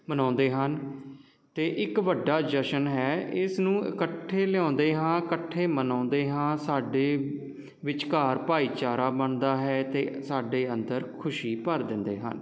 ਮਨਾਉਂਦੇ ਹਨ ਅਤੇ ਇੱਕ ਵੱਡਾ ਜਸ਼ਨ ਹੈ ਇਸ ਨੂੰ ਇਕੱਠੇ ਲਿਆਉਂਦੇ ਹਾਂ ਇਕੱਠੇ ਮਨਾਉਂਦੇ ਹਾਂ ਸਾਡੇ ਵਿੱਚਕਾਰ ਭਾਈਚਾਰਾ ਬਣਦਾ ਹੈ ਅਤੇ ਸਾਡੇ ਅੰਦਰ ਖੁਸ਼ੀ ਭਰ ਦਿੰਦੇ ਹਨ